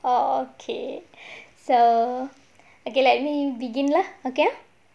okay so okay let me begin lah okay ah